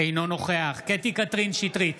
אינו נוכח קטי קטרין שטרית,